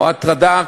או הטרדה,